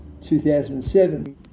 2007